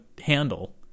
handle